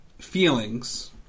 feelings